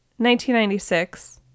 1996